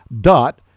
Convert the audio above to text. dot